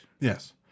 yes